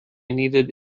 needed